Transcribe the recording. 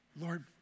Lord